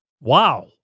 wow